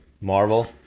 Marvel